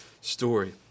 story